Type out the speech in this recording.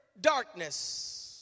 darkness